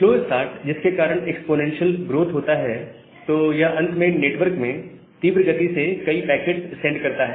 slow start जिसके कारण exponential growth होता है तो यह अंत में नेटवर्क में तीव्र गति से कई पैकेट्स सेंड करता है